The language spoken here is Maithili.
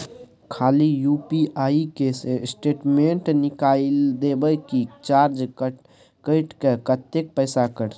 खाली यु.पी.आई के स्टेटमेंट निकाइल देबे की चार्ज कैट के, कत्ते पैसा कटते?